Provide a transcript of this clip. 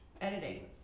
editing